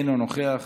אינו נוכח,